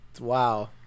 wow